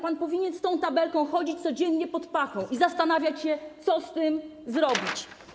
Pan powinien z tą tabelką chodzić codziennie pod pachą i zastanawiać się, co z tym zrobić.